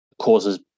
causes